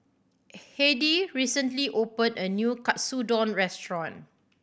Heidy recently opened a new Katsudon Restaurant